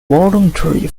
voluntary